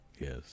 Yes